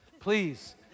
Please